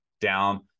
down